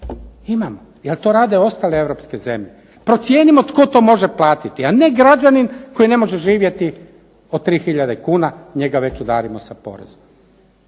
Imamo, jer to rade ostale europske zemlje. Procijenimo tko to može platiti, a ne građanin koji ne može živjeti od 3 hiljade kuna, njega već udarimo sa porezom.